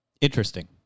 Interesting